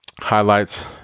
highlights